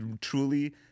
truly